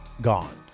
gone